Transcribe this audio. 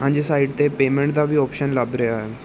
ਹਾਂਜੀ ਸਾਈਡ 'ਤੇ ਪੇਮੈਂਟ ਦਾ ਵੀ ਅੋਪਸ਼ਨ ਲੱਭ ਰਿਹਾ ਹੈ